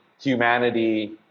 humanity